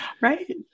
Right